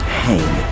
hang